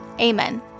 amen